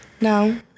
No